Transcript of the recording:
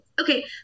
okay